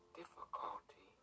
difficulty